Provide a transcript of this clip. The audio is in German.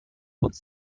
uns